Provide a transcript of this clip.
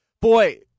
Boy